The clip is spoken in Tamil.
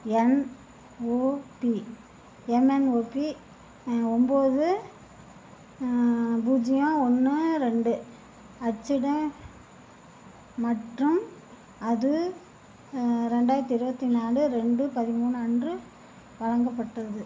என்ஓபி எம்என்ஓபி ஒம்பது பூஜ்ஜியம் ஒன்று ரெண்டு அச்சிட மற்றும் அது ரெண்டாயிரத்து இருபத்தி நாலு ரெண்டு பதிமூணு அன்று வழங்கப்பட்டது